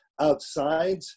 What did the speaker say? outside